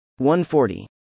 140